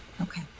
Okay